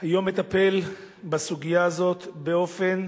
היום מטפל בסוגיה הזו באופן